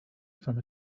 from